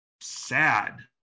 sad